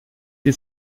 die